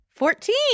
Fourteen